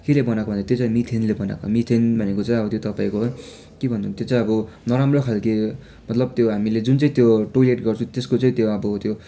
केले बनाएको भन्दा त्यो चाहिँ अब मिथेनले बनाएको मिथेन भनेको चाहिँ अब त्यो तपाईँको के भन्नु त्यो चाहिँ अब नराम्रो खालके मतलब त्यो हामीले जुन चाहिँ त्यो टोयलेट गर्छौँ त्यसको चाहिँ त्यो अब त्यो